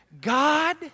God